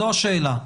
זאת השאלה.